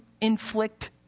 inflict